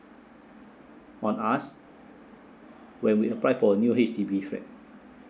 on us when we apply for new H_D_B flat